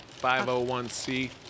501c